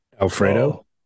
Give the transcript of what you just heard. Alfredo